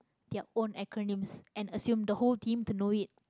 their own acronyms and assume the whole team to know it